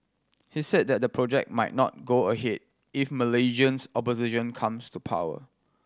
he said that the project might not go ahead if Malaysia's opposition comes to power